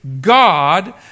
God